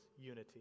unity